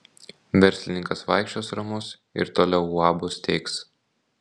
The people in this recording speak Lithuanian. verslininkas vaikščios ramus ir toliau uabus steigs